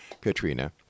Katrina